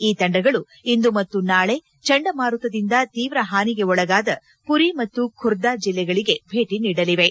ಈ ತಂಡಗಳು ಇಂದು ಮತ್ತು ನಾಳೆ ಚಂಡಮಾರುತದಿಂದ ತೀವ್ರ ಹಾನಿಗೆ ಒಳಗಾದ ಪುರಿ ಮತ್ತು ಖುರ್ದಾ ಜಿಲ್ಲೆಗಳಿಗೆ ಭೇಟಿ ನೀಡಲಿವೆ